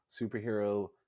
superhero